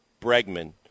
Bregman